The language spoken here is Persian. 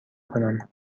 کنم